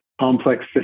complex